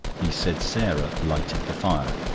he said sarah lighted the fire.